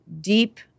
deep